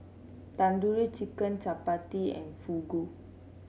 Tandoori Chicken Chapati and Fugu